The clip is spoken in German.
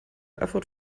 erfurt